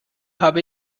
habe